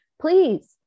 Please